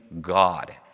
God